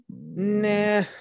Nah